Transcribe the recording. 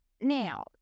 now